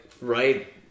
right